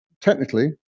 Technically